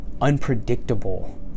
unpredictable